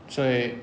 所以